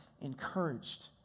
encouraged